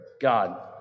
God